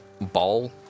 ball